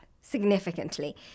Significantly